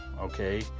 Okay